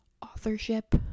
authorship